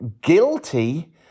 guilty